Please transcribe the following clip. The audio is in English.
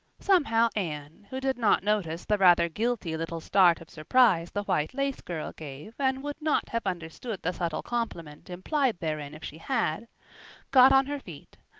somehow anne who did not notice the rather guilty little start of surprise the white-lace girl gave, and would not have understood the subtle compliment implied therein if she had got on her feet,